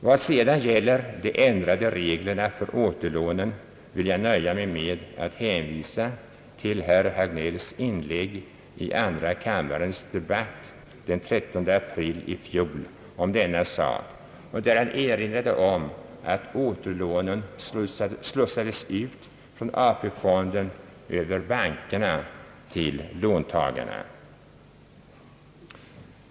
Vad sedan gäller de ändrade reglerna för återlånen vill jag nöja mig med att hänvisa till herr Hagnells inlägg i andra kammarens debatt den 13 april i fjol om denna sak, där han erinrade om att återlånen slussades ut från AP fonden över bankerna till låntagarna.